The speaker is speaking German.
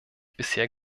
bisher